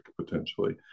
potentially